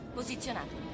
posizionato